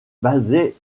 basée